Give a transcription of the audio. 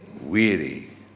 weary